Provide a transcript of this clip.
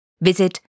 visit